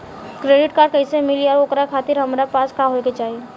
Credit card कैसे मिली और ओकरा खातिर हमरा पास का होए के चाहि?